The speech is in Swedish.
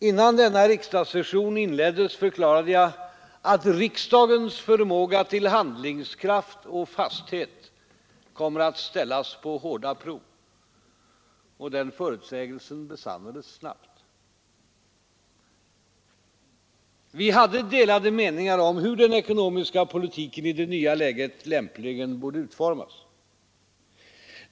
Innan denna riksdagssession inleddes förklarade jag att ”riksdagens förmåga till handlingskraft och fasthet kommer att ställas på hårda prov”. Den förutsägelsen besannades snabbt. Vi hade delade meningar om hur den ekonomiska politiken i det nya läget egentligen borde utformas.